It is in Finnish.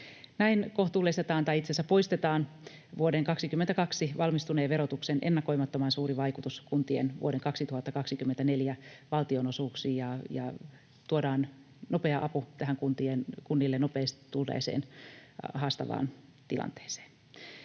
Näin kohtuullistetaan tai itse asiassa poistetaan vuoden 22 valmistuneen verotuksen ennakoimattoman suuri vaikutus kuntien vuoden 2024 valtionosuuksiin ja tuodaan nopea apu tähän kunnille nopeasti tulleeseen haastavaan tilanteeseen.